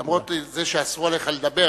למרות זה שאסרו עליך לדבר,